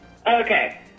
Okay